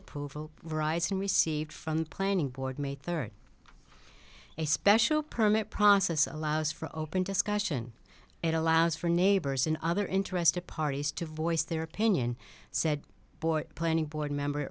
approval rising received from the planning board may third a special permit process allows for open discussion it allows for neighbors and other interested parties to voice their opinion said boy planning board member